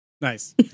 Nice